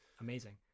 amazing